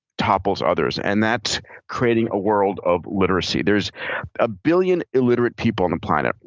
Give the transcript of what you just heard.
topples others, and that's creating a world of literacy. there's a billion illiterate people on the planet.